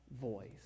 voice